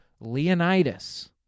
Leonidas